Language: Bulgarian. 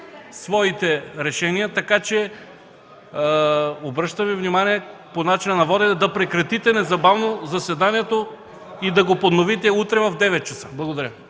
своите решения. Обръщам Ви внимание по начина на водене да прекратите незабавно заседанието и да го подновите утре в 9,00 ч. Благодаря.